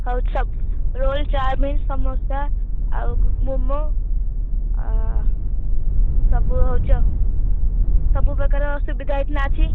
ଆଳୁ chop roll chowmein samosa ଆଉ ମୋମୋ ସବୁ ହେଉଛି ଆଉ ସବୁ ପ୍ରକାର ସୁବିଧା ଏଠିନା ଅଛି